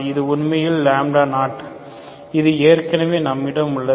இது உண்மையில் 0 இது ஏற்கனவே நம்மிடம் உள்ளது